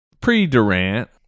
Pre-Durant